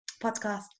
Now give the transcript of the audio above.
podcast